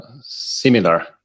similar